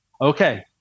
okay